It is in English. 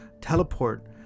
teleport